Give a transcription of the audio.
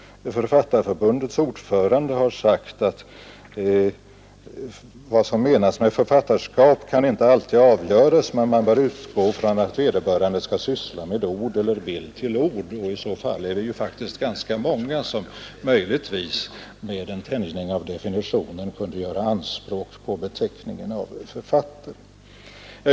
Författarförbundets ordförande har sagt att vad som menas med författarskap kan inte alltid avgöras. Man bör utgå från att vederbörande skall syssla med ord eller bild till ord. I så fall är det faktiskt ganska många som, möjligtvis med en tänjning av definitionen, kunde göra anspråk på beteckningen författare.